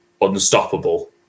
unstoppable